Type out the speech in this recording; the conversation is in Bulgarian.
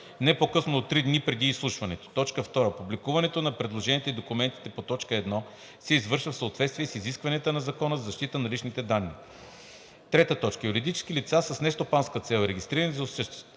не по-късно от три дни преди изслушването. 2. Публикуването на предложенията и документите по т. 1 се извършва в съответствие с изискванията на Закона за защита на личните данни. 3. Юридически лица с нестопанска цел, регистрирани за